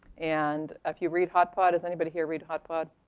and if you read hot pod, does anybody here read hot pod?